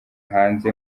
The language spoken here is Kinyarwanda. hanze